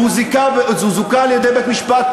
והוא זוכה על-ידי בית-משפט,